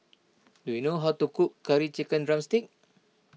do you know how to cook Curry Chicken Drumstick